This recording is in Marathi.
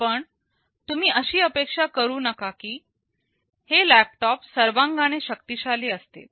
पण तुम्ही अशी अपेक्षा करू नका की हे लॅपटॉप सर्वांगाने शक्तीशाली असतील